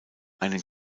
einen